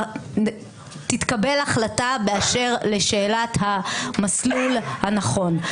תתקבל החלטה באשר לשאלת המסלול הנכון.